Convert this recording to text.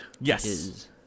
Yes